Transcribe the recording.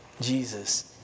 Jesus